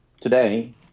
today